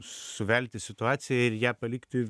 suvelti situaciją ir ją palikti